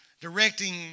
Directing